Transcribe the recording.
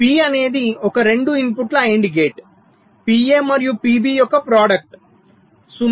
P అనేది ఒక రెండు ఇన్పుట్ల AND గేట్ PA మరియు PB యొక్క ప్రాడక్టు0